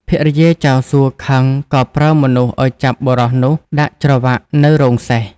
ភរិយាចៅសួខឹងក៏ប្រើមនុស្សឱ្យចាប់បុរសនោះដាក់ច្រវាក់នៅរោងសេះ។